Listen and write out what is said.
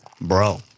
Bro